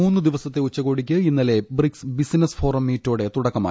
മൂന്ന് ദിവസത്തെ ഉച്ചകോടിക്ക് ഇന്നലെ ബ്രിക്സ് ബിസിനസ് ഫോറം മീറ്റോടെ തുടക്കമായി